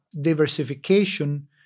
diversification